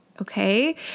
okay